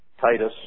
Titus